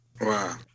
Wow